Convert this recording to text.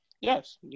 Yes